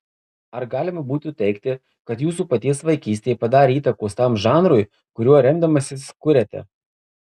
ar galima būtų teigti kad jūsų paties vaikystė padarė įtakos tam žanrui kuriuo remdamasis kuriate